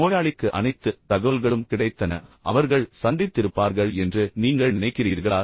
நோயாளிக்கு அனைத்து தகவல்களும் கிடைத்தன அவர்கள் சந்தித்திருப்பார்கள் என்று நீங்கள் நினைக்கிறீர்களா